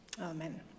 amen